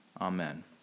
amen